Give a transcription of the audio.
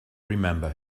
remember